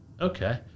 Okay